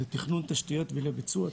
לתכנון תשתיות ולביצוע תשתיות,